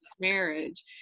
marriage